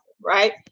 Right